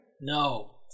No